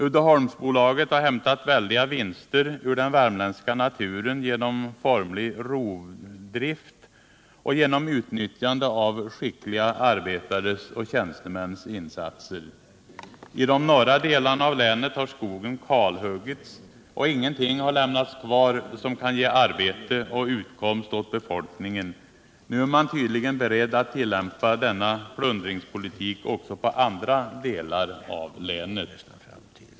Uddeholmsbolaget har hämtat väldiga vinster ur den värmländska naturen genom formlig rovdrift och genom utnyttjande av skickliga ar betares och tjänstemäns insatser. I de norra delarna av länet har skogen kalhuggits, och ingenting har lämnats kvar som kan ge arbete och utkomst åt befolkningen. Nu är man tydligen beredd att tillämpa denna plundringspolitik också på andra delar av länet.